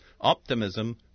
Optimism